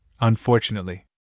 unfortunately